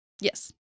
Yes